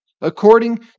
according